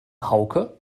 hauke